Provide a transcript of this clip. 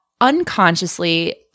unconsciously